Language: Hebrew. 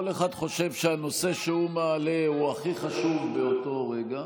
כל אחד חושב שהנושא שהוא מעלה הוא הכי חשוב באותו רגע.